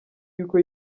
y’uko